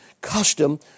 custom